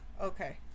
Okay